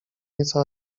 nieco